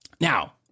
Now